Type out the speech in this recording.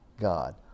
God